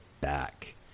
back